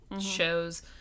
shows